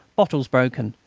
bottles broken,